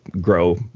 grow